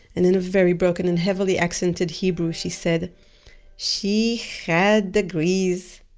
and in very broken and heavily accented hebrew she said she had degrees.